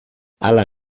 hala